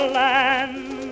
land